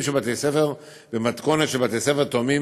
של בתי-ספר במתכונת של בתי-ספר תאומים,